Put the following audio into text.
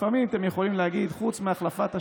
לפעמים אתם יכולים להגיד: חוץ מהחלפת השלטון,